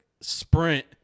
sprint